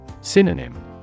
Synonym